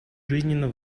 жизненно